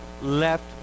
left